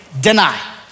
deny